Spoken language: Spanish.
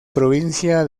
provincia